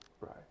Right